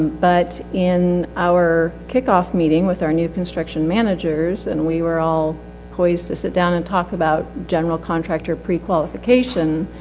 but in our kick-off meeting with our new construction managers, and we were all pleased to sit down and talk about general contractor pre-qualification,